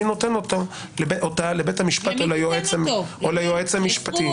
נותן אותה לבית המשפט או ליועץ המשפטי.